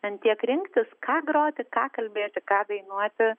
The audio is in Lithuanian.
ten tiek rinktis ką groti ką kalbėti ką dainuoti